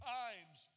times